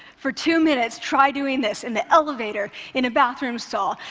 for two minutes, try doing this, in the elevator, in a bathroom stall,